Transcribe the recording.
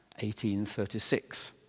1836